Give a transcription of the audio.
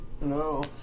No